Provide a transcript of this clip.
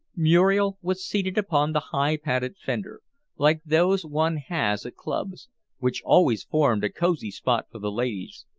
muriel was seated upon the high padded fender like those one has at clubs which always formed a cosy spot for the ladies,